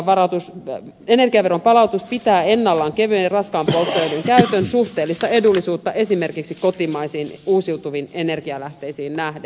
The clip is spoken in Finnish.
lisäksi energiaveron palautus pitää ennallaan kevyen ja raskaan polttoaineen käytön suhteellista edullisuutta esimerkiksi kotimaisiin uusiutuviin energialähteisiin nähden